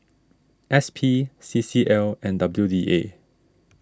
S P C C L and W D A